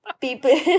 people